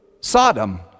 Sodom